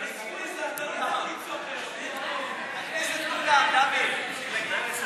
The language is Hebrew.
הישראלי (תיקון מס' 8) (תאגיד החדשות),